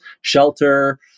shelter